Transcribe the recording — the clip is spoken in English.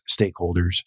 stakeholders